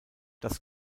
das